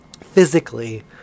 physically